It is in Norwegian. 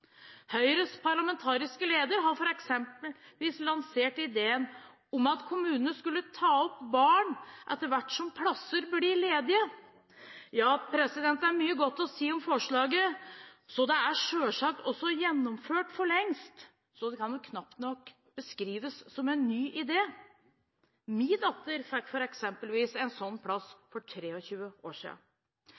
Høyres parlamentariske leder har f.eks. lansert ideen om at kommunene skal ta opp barn etter hvert som plasser blir ledige. Ja, det er mye godt å si om forslaget – så det er selvsagt også gjennomført for lengst. Det kan knapt nok beskrives som en ny idé. Min datter fikk f.eks. en sånn plass – for 23 år